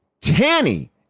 Tanny